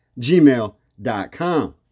gmail.com